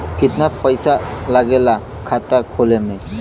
कितना पैसा लागेला खाता खोले में?